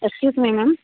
excuseme ma'am